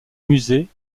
musée